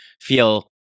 feel